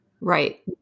Right